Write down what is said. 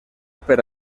per